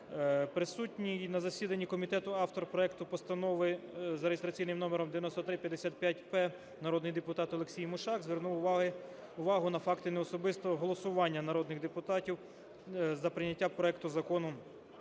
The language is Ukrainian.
Присутній на засіданні комітету автор проекту Постанови за реєстраційним номером 9355-П народний депутат Олексій Мушак звернув увагу на факти неособистого голосування народних депутатів за прийняття проекту закону